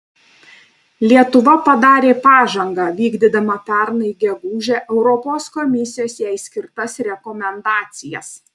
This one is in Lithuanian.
lietuva padarė pažangą vykdydama pernai gegužę europos komisijos jai skirtas rekomendacijas